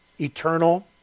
Eternal